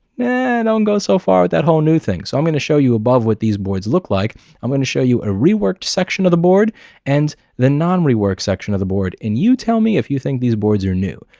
and don't go so far with that whole new thing. so i'm gonna show you above what these boards look like i'm going to show you a reworked section of the board and the non rework section of the board and you tell me if you think these boards are new.